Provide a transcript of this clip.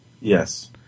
Yes